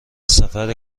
سفر